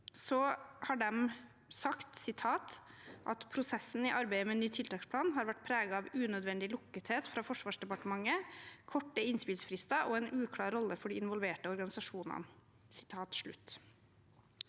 har sagt at prosessen i arbeidet med ny tiltaksplan har vært preget av unødvendig lukkethet fra Forsvarsdepartementet, korte innspillsfrister og en uklar rolle for de involverte organisasjonene.